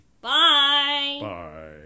Bye